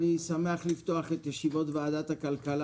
אני שמח לפתוח את ישיבות ועדת הכלכלה